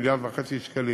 מיליארד וחצי שקלים.